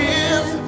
Give